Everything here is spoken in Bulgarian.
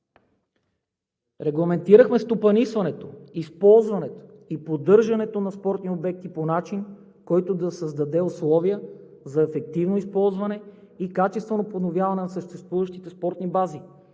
регламентирахме стопанисването, използването и поддържането на спортни обекти по начин, който да създаде условия за ефективно използване и качествено подновяване на съществуващите спортни бази;